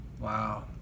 Wow